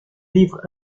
livre